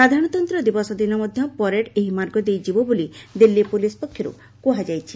ସାଧାରଣତନ୍ତ୍ର ଦିବସ ଦିନ ମଧ୍ୟ ପରେଡ୍ ଏହି ମାର୍ଗ ଦେଇ ଯିବ ବୋଲି ଦିଲ୍ଲୀ ପୁଲିସ୍ ପକ୍ଷରୁ କୁହାଯାଇଛି